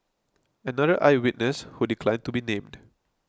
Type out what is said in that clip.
another eye witness who declined to be named